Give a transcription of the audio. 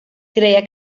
creía